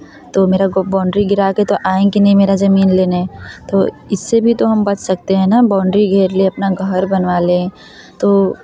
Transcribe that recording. तो मेरा बाउंड्री गिराकर तो आएँगे नहीं मेरा ज़मीन लेने तो इससे भी तो हम बच सकते हैं न बाउंड्री घेर लिए अपना घर बनवा लें तो